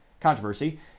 controversy